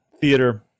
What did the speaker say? theater